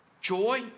Joy